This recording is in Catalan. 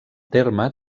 terme